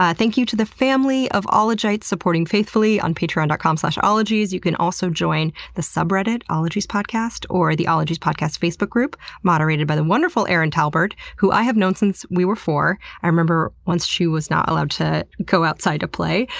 thank you to the family of ologites supporting faithfully on patreon dot com slash ologies. you can also join the subreddit ologies podcast, or the ologies podcast facebook group, moderated by the wonderful erin talbert, who i have known since we were four. i remember once she was not allowed to go outside to play,